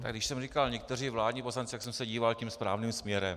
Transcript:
Když jsem říkal někteří vládní poslanci, tak jsem se díval tím správným směrem.